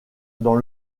dans